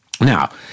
Now